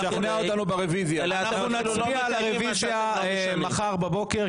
אלא אתם --- אנחנו נצביע על הרביזיה מחר בבוקר,